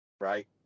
right